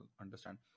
understand